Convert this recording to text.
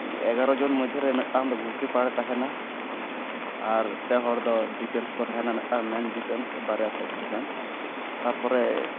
ᱮᱜᱟᱨᱚ ᱡᱚᱱ ᱢᱚᱫᱽᱫᱷᱮᱨᱮ ᱢᱤᱜᱴᱟᱝ ᱫᱚ ᱜᱳᱞᱠᱤᱯᱟᱨᱮ ᱛᱟᱦᱮᱸᱱᱟ ᱟᱨ ᱯᱮ ᱦᱚᱲ ᱫᱚ ᱰᱤᱯᱷᱮᱱᱥ ᱠᱚ ᱛᱟᱦᱮᱸᱱᱟ ᱢᱤᱫᱴᱮᱱ ᱢᱮᱱ ᱰᱤᱯᱷᱮᱱᱥ ᱵᱟᱨᱭᱟ ᱥᱟᱭᱤᱰ ᱰᱤᱯᱷᱮᱱᱥ ᱛᱟᱯᱚᱨᱮ